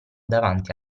davanti